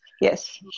Yes